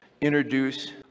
introduce